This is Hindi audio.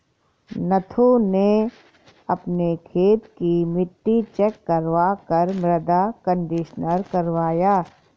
नथु ने अपने खेत की मिट्टी चेक करवा कर मृदा कंडीशनर करवाया